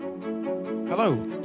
Hello